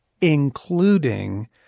including